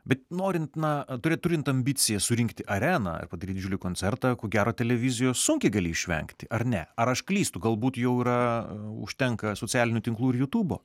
bet norint na turėt turint ambiciją surinkti areną ir padaryti didžiulį koncertą ko gero televizijos sunkiai gali išvengti ar ne ar aš klystu galbūt jau yra užtenka socialinių tinklų ir jutubo